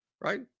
right